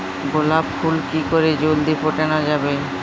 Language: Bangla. গোলাপ ফুল কি করে জলদি ফোটানো যাবে?